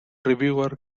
reviewer